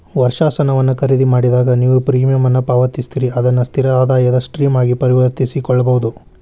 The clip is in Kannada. ವರ್ಷಾಶನವನ್ನ ಖರೇದಿಮಾಡಿದಾಗ, ನೇವು ಪ್ರೇಮಿಯಂ ಅನ್ನ ಪಾವತಿಸ್ತೇರಿ ಅದನ್ನ ಸ್ಥಿರ ಆದಾಯದ ಸ್ಟ್ರೇಮ್ ಆಗಿ ಪರಿವರ್ತಿಸಕೊಳ್ಬಹುದು